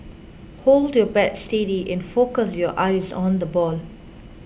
hold your bat steady and focus your eyes on the ball